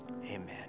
amen